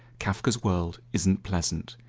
kafka's world isn't pleasant.